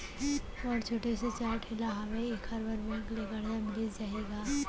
मोर छोटे से चाय ठेला हावे एखर बर बैंक ले करजा मिलिस जाही का?